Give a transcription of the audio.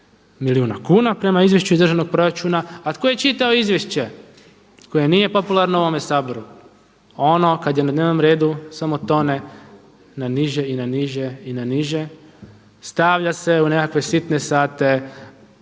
milijuna kuna prema izvješću iz državnog proračuna. A tko je čitao izvješće koje nije popularno u ovome Saboru? Ono kada je na dnevnom redu samo tone na niže, i na niže, i na niže. Stavlja se u nekakve sitne sate